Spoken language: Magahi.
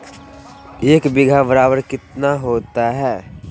एक बीघा बराबर कितना होता है?